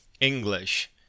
English